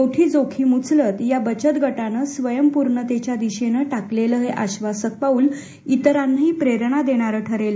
मोठी जोखीम उचलत या बचत गटानं स्वयंपुर्णतेच्या दिशेनं टाकलेलं हे आधासक पाऊल इतरांनाही प्रेरणा देणारं ठरेल